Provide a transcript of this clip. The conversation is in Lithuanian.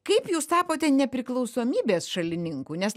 kaip jūs tapote nepriklausomybės šalininku nes